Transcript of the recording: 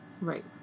Right